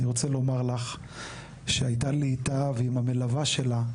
אני רוצה לומר לך שהייתה לי איתה ועם המלווה שלה,